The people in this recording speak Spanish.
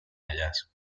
ellas